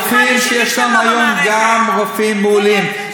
הרופאים שיש שם היום גם רופאים מעולים.